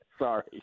Sorry